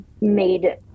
made